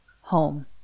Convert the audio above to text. Home